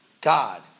God